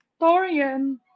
Torian